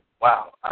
wow